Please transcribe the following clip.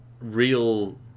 real